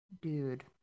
dude